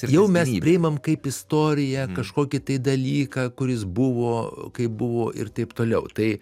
jau mes priimam kaip istoriją kažkokį tai dalyką kuris buvo kaip buvo ir taip toliau tai